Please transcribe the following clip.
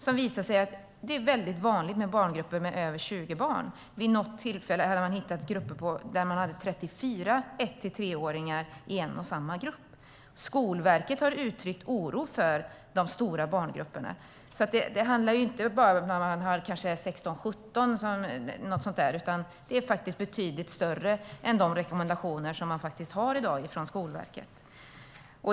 Det visade sig att det är väldigt vanligt med barngrupper med över 20 barn. Vid något tillfälle hade man hittat grupper där man hade 34 ett till treåringar i en och samma grupp. Skolverket har uttryckt oro för de stora barngrupperna. Det handlar inte bara om att man kanske har 16, 17 eller någonting sådant. Det är betydligt större grupper än enligt de rekommendationer som man i dag har från Skolverket.